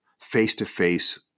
face-to-face